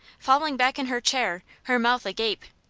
falling back in her chair, her mouth agape.